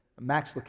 Max